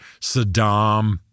Saddam